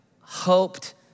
hoped